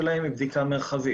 הבדיקה שלהם היא בדיקה מרחבית.